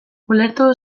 ulertu